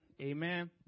Amen